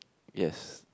yes